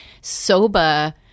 soba